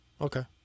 Okay